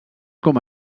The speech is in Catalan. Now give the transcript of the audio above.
com